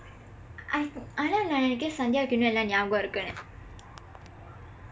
ஆனா நான் நினைக்கிறேன்:aanaa naan ninaikkireen sandyakku எல்லாம் நியாபகம் இருக்குமுன்னு:ellaam niyaapakam irukkumunnu